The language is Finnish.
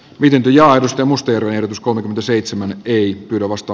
pidempiaikaista muster ehdotus kolmekymmentäseitsemän ei omasta